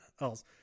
else